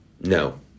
no